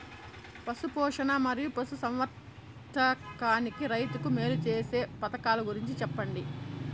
పశు పోషణ మరియు పశు సంవర్థకానికి రైతుకు మేలు సేసే పథకాలు గురించి చెప్పండి?